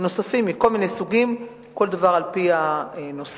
נוספים מכל מיני סוגים, כל דבר על-פי הנושא.